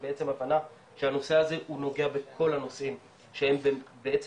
שבעצם הבנה של הנושא הזה הוא נוגע בכל הנושאים שהם בעצם